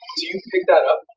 do you pick that up.